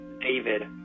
David